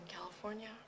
california